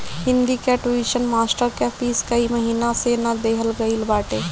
हिंदी कअ tuition master कअ fees कई महिना से ना देहल गईल बाटे